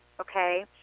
okay